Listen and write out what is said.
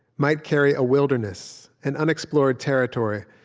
might carry a wilderness, an unexplored territory,